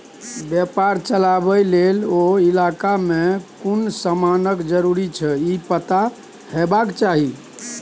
बेपार चलाबे लेल ओ इलाका में कुन समानक जरूरी छै ई पता हेबाक चाही